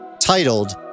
titled